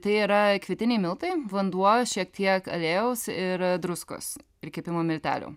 tai yra kvietiniai miltai vanduo šiek tiek aliejaus ir druskos ir kepimo miltelių